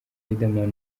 riderman